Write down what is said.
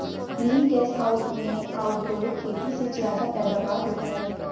green gas house में outdoor खेती से ज्यादा पैदावार होता है